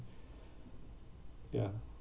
ya